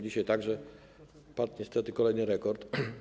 Dzisiaj także padł niestety kolejny rekord.